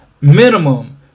minimum